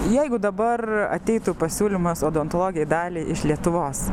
jeigu dabar ateitų pasiūlymas odontologei daliai iš lietuvos